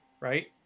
right